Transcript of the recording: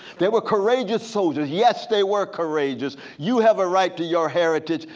they were courageous soldiers. yes they were courageous you have a right to your heritage.